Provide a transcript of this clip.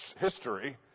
history